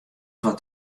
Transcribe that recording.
wat